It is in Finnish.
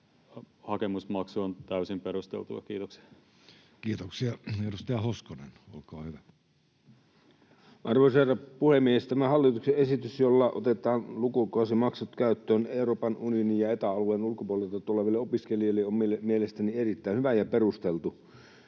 hakemusmaksu on täysin perusteltu. — Kiitoksia. Kiitoksia. — Edustaja Hoskonen, olkaa hyvä. Arvoisa herra puhemies! Tämä hallituksen esitys, jolla otetaan lukukausimaksut käyttöön Euroopan unionin ja Eta-alueen ulkopuolelta tuleville opiskelijoille, on mielestäni erittäin hyvä ja perusteltu.